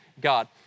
God